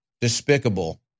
despicable